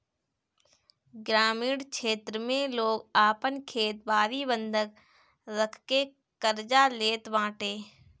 ग्रामीण क्षेत्र में लोग आपन खेत बारी बंधक रखके कर्जा लेत बाटे